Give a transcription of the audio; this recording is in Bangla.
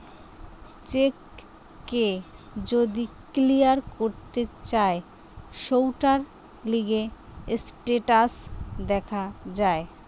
চেক কে যদি ক্লিয়ার করতে চায় সৌটার লিগে স্টেটাস দেখা যায়